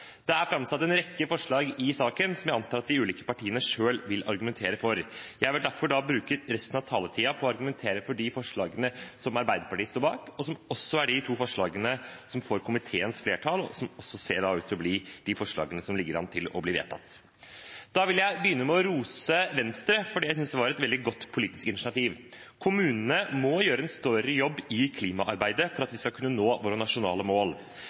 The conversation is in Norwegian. Det er framsatt en rekke forslag i saken som jeg antar at de ulike partiene selv vil argumentere for. Jeg vil derfor bruke resten av taletiden på å argumentere for de forslagene til vedtak som bl.a. Arbeiderpartiet står bak, og som også er de to forslagene som får flertall i komiteen, og som ser ut til å bli de forslagene som ligger an til å bli vedtatt. Da vil jeg begynne med å rose Venstre for det jeg synes var et veldig godt politisk initiativ. Kommunene må gjøre en større jobb i klimaarbeidet for at vi skal nå våre nasjonale mål.